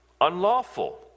unlawful